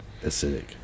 acidic